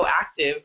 active